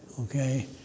Okay